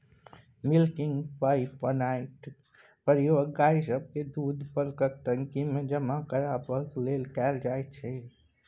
milking पाइपलाइनक प्रयोग गाय सभक दूधकेँ बल्कक टंकीमे जमा करबाक लेल कएल जाइत छै